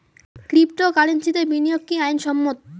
ক্রিপ্টোকারেন্সিতে বিনিয়োগ কি আইন সম্মত?